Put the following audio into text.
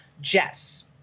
Jess